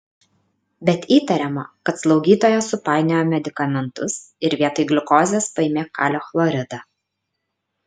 bet įtariama kad slaugytoja supainiojo medikamentus ir vietoj gliukozės paėmė kalio chloridą